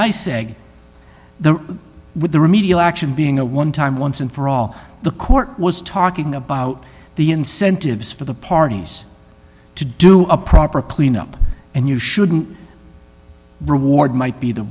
nice egg there with the remedial action being a one time once and for all the court was talking about the incentives for the parties to do a proper cleanup and you shouldn't reward might be the